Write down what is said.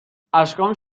زد، اشکام